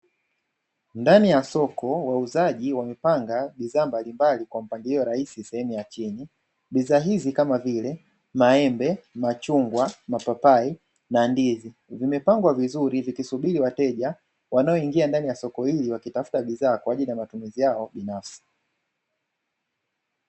Ndani ya soko wauzaji wamepanga bidhaa mbalimbali kwa mpangilio rahisi sehemu ya chini, bidhaa hizi kama vile; maembe, machungwa, mapapai na ndizi vimepangwa vizuri vikisubiri wateja wanaoingia ndani ya soko hili, kutafuta bidhaa kwa ajili ya matumizi yao binafsi.